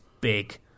big